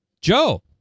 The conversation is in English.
Joe